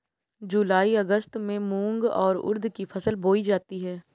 जूलाई अगस्त में मूंग और उर्द की फसल बोई जाती है